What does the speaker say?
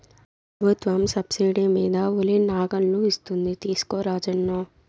ప్రభుత్వం సబ్సిడీ మీద ఉలి నాగళ్ళు ఇస్తోంది తీసుకో రాజన్న